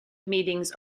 meetings